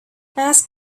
ask